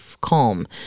calm